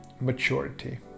maturity